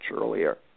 earlier